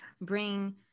bring